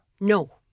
No